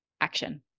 action